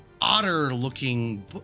otter-looking